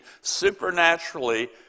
supernaturally